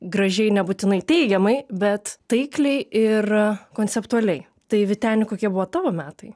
gražiai nebūtinai teigiamai bet taikliai ir konceptualiai tai vyteni kokie buvo tavo metai